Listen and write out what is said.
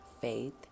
faith